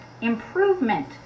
Improvement